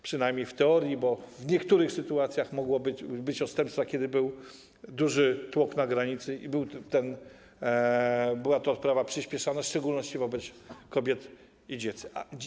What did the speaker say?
Przynajmniej w teorii, bo w niektórych sytuacjach mogły być odstępstwa, kiedy był duży tłok na granicy i była to odprawa przyspieszana, w szczególności wobec kobiet i dzieci.